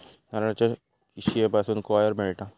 नारळाच्या किशीयेपासून कॉयर मिळता